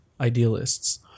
idealists